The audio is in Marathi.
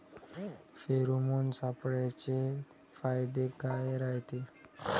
फेरोमोन सापळ्याचे फायदे काय रायते?